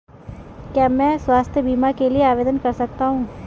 क्या मैं स्वास्थ्य बीमा के लिए आवेदन कर सकता हूँ?